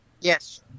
yes